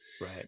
Right